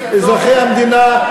אזרחי המדינה,